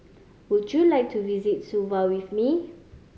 would you like to visit Suva with me